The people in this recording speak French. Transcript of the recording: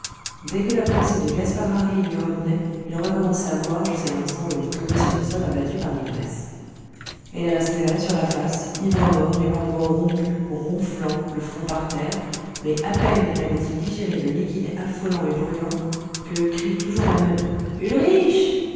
dès que la pensée de gaspard hari lui revenait il recommençait à boire jusqu'à l'instant où il tombait sur le sol abattu par l'ivresse et il restait là sur la face ivre mort les membres rompus ronflant le front par terre mais à peine avait-il digéré le liquide affolant et brûlant que le cri toujours le même ulrich